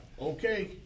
Okay